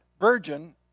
virgin